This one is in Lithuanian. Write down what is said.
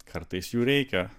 kartais jų reikia